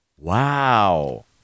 Wow